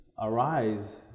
arise